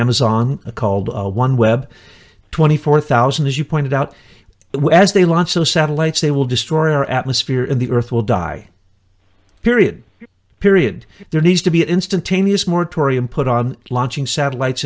amazon a called a one web twenty four thousand as you pointed out and well as they launch the satellites they will destroy our atmosphere in the earth will die period period there needs to be an instantaneous moratorium put on launching satellites